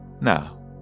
Now